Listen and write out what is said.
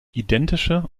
identische